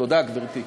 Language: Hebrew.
תודה, גברתי.